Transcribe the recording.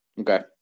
Okay